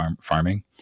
farming